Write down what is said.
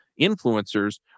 influencers